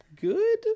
good